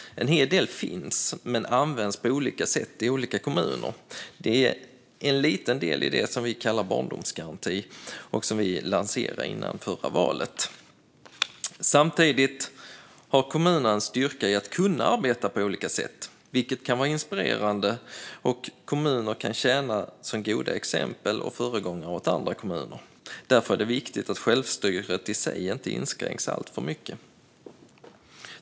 En hel del finns men används på olika sätt i olika kommuner. Detta är en liten del i det som vi kallar barndomsgaranti och som vi lanserade före förra valet. Samtidigt har kommuner en styrka i att kunna arbeta på olika sätt. Det kan vara inspirerande, och kommuner kan tjäna som goda exempel och vara föregångare för andra kommuner. Därför är det viktigt att självstyret i sig inte inskränks alltför mycket.